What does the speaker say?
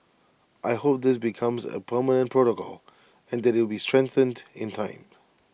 I hope this becomes A permanent protocol and that IT would be strengthened in time